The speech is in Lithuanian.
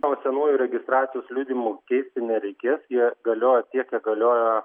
o senųjų registracijos liudijimų keisti nereikės jie galioja tiek kiek galioja